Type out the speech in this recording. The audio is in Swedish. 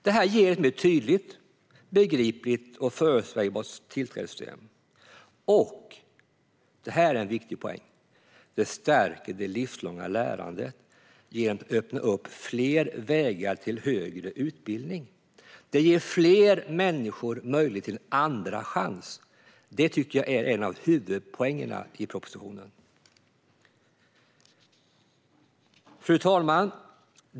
Detta ger ett mer tydligt, begripligt och förutsägbart tillträdessystem. Och - detta är en viktig poäng - det stärker det livslånga lärandet genom att öppna fler vägar till högre utbildning. Detta ger fler människor möjlighet till en andra chans, och det tycker jag är en av huvudpoängerna i propositionen. Fru talman!